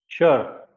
Sure